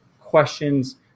questions